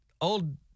old